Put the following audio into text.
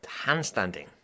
handstanding